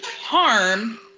harm